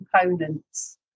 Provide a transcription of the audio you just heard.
components